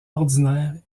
ordinaires